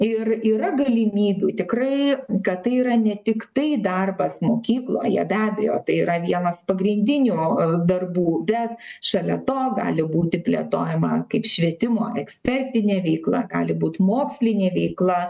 ir yra galimybių tikrai kad tai yra ne tiktai darbas mokykloje be abejo tai yra vienas pagrindinių darbų bet šalia to gali būti plėtojama kaip švietimo ekspertinė veikla gali būt mokslinė veikla